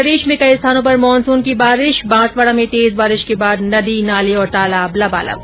प्रदेश में कई स्थानों पर मानसून की बारिश बांसवाडा में तेज बारिश के बाद नदी नाले और तालाब लबालब